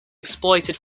exploited